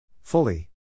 Fully